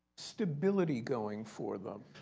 stability going for them.